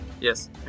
Yes